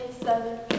seven